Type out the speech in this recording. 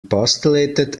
postulated